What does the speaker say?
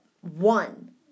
one